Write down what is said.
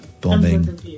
bombing